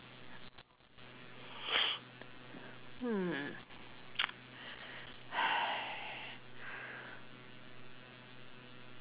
hmm